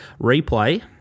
replay